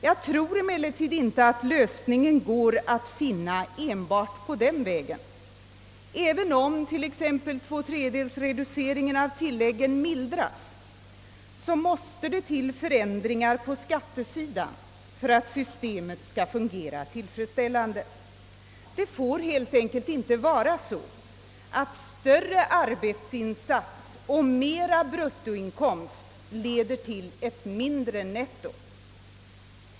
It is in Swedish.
Jag tror emellertid inte att lösningen står att finna enbart på den vägen. Även om tvåtredjedelsreduceringen av tilläggen mildras, mås te det till förändringar på skattesidan för att systemet skall fungera tillfredsställande. Det får helt enkelt inte vara så att större arbetsinsats och mera bruttoinkomst leder till ett mindre netto.